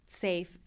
safe